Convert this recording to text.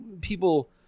people